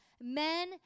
Men